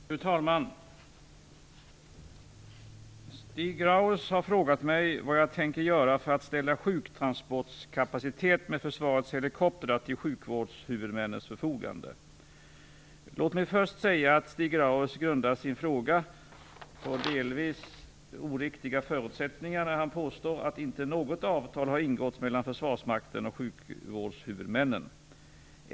Fru talman! Stig Grauers har frågat mig vad jag tänker göra för att ställa sjuktransportkapacitet med försvarets helikoptrar till sjukvårdshuvudmännens förfogande. Låt mig först säga att Stig Grauers grundar sin fråga på delvis oriktiga förutsättningar när han påstår att något avtal inte har ingåtts mellan Försvarsmakten och sjukvårdshuvudmännen.